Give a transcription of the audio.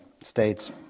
states